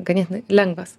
ganėtinai lengvas